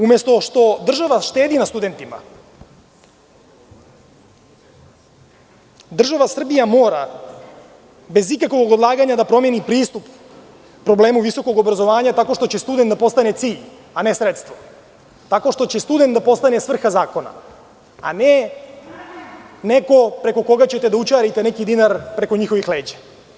Umesto što država štedi na studentima, država Srbija mora bez ikakvog odlaganja da promeni pristup problemu visokog obrazovanja tako što će student da postane cilj, a ne sredstvo, tako što će student da postane svrha zakona, a ne neko preko koga ćete da ućarite neki dinar preko njihovih leđa.